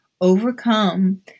overcome